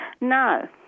No